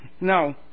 no